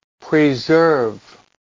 preserve